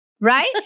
Right